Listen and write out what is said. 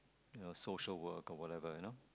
uh social work or whatever you know